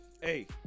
Hey